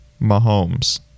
Mahomes